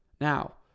Now